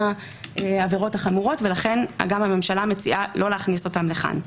העבירות החמורות ולכן גם הממשלה מציעה לא להכניס אותן לכאן.